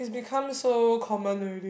become so common already